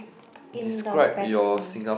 in the